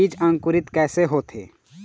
बीज अंकुरित कैसे होथे?